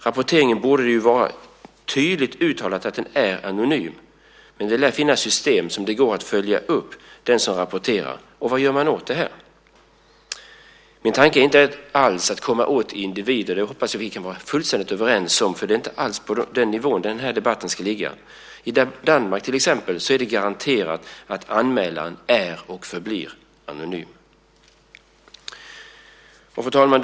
Det borde ju vara tydligt uttalat att rapporteringen är anonym, men det lär finnas system där det går att följa upp den som rapporterar, och vad gör man åt det? Min tanke är inte alls att komma åt individer - det hoppas jag att vi kan vara fullständigt överens om, för det är inte alls på den nivån den här debatten ska ligga. I till exempel Danmark är det garanterat att anmälaren är och förblir anonym. Fru talman!